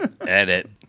Edit